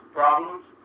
problems